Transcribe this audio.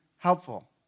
helpful